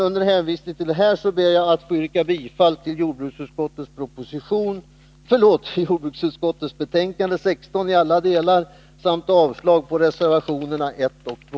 Under hänvisning till vad jag här anfört ber jag att få yrka bifall till jordbruksutskottets hemställan i betänkande nr 16 på alla punkter samt avslag på reservationerna 1 och 2.